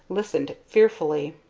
listened fearfully.